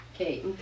Okay